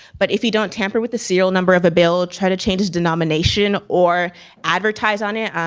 but if you don't tamper with the serial number of a bill, or try to change it's denomination or advertise on it,